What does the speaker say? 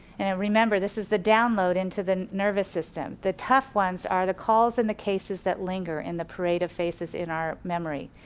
and remember, this is the download into the nervous system. the tough ones are the calls and the cases that linger in the parade of faces in our memory.